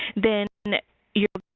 then your